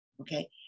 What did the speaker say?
Okay